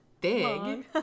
big